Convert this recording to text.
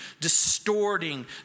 distorting